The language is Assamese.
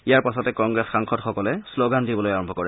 ইয়াৰ পাছতে কংগ্ৰেছ সাংসদসকলে শ্লগান দিবলৈ আৰম্ভ কৰে